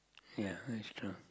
ya that's true